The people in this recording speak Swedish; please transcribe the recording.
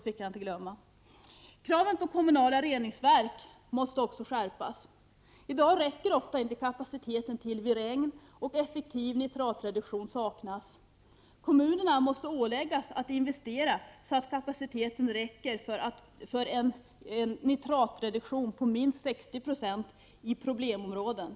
Vidare måste kraven på kommunala reningsverk skärpas. I dag räcker ofta kapaciteten inte till vid regn, och en effektiv nitratreduktion saknas. Kommunerna måste åläggas att investera, så att kapaciteten räcker för en nitratreduktion på minst 60 26 i problemområden.